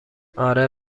آره